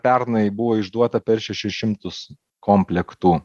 pernai buvo išduota per šešis šimtus komplektų